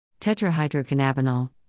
Tetrahydrocannabinol